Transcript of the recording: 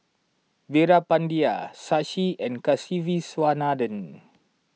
Veerapandiya Shashi and Kasiviswanathan